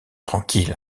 tranquille